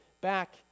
back